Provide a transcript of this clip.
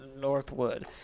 Northwood